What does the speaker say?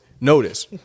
notice